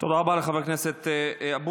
תודה רבה לחבר הכנסת אבוטבול.